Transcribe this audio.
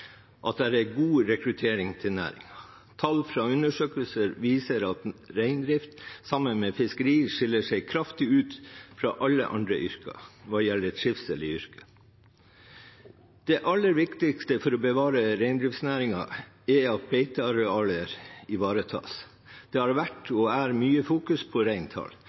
at det er god rekruttering til næringen. Tall fra undersøkelser viser at reindrift sammen med fiskeri skiller seg kraftig ut fra alle andre yrker hva gjelder trivsel i yrket. Det aller viktigste for å bevare reindriftsnæringen er at beitearealer ivaretas. Det har vært og er mye fokusering på